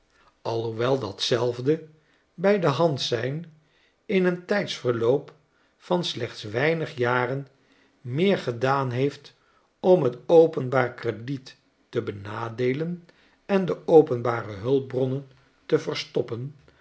alhoewel datzelfde bij de hand zijn in een tijdsverloop van slechts weinig jaren meer gedaan heeft om het openbaar krediet te benadeelen en de openbare hulpbronnen te verstoppen